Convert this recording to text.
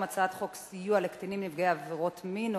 בעד, 16, אין מתנגדים, אין נמנעים.